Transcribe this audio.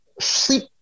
sleep